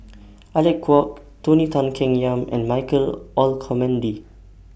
Alec Kuok Tony Tan Keng Yam and Michael Olcomendy